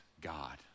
God